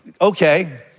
okay